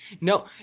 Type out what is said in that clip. No